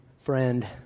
Friend